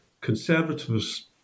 conservatives